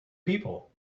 people